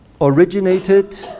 originated